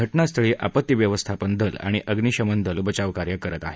घटनास्थळी आपत्ती व्यवस्थापन दल आणि अग्निशमन दल बचावकार्य करत आहेत